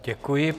Děkuji.